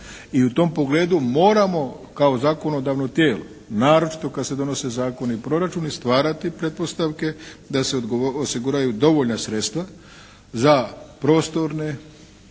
i u tom pogledu moramo kao zakonodavno tijelo naročito kad se donose zakoni i proračuni stvarati pretpostavke da se osiguraju dovoljna sredstva za prostorne